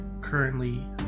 currently